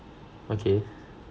okay